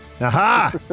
Aha